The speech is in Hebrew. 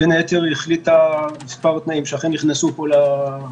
בין היתר היא החליטה מספר תנאים שאכן נכנסו לטיוטות.